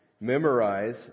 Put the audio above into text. memorize